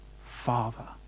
Father